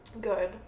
good